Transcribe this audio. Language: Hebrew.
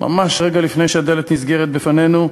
ממש רגע לפני שהדלת נסגרת בפנינו,